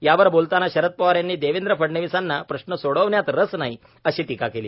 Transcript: यावर बोलताना शरद पवार यांनी देवेंद्र फडणवीसांना प्रश्न सोडवण्यात रस नाही अशी टीका केली